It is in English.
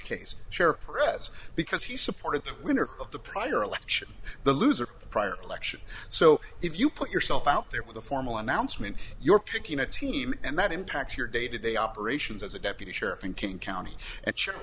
case chair for ads because he supported the winner of the prior election the loser the prior election so if you put yourself out there with a formal announcement you're picking a team and that impacts your day to day operations as a deputy sheriff in king county and s